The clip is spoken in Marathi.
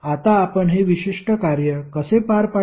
आता आपण हे विशिष्ट कार्य कसे पार पाडणार